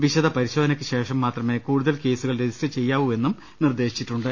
വിശദ പരിശോധനക്ക് ശേഷം മാത്രമേ കൂടുതൽ കേസുകൾ രജിസ്റ്റർ ചെയ്യാവൂ എന്നും നിർദ്ദേശിച്ചിട്ടുണ്ട്